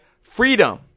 freedom